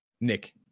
Nick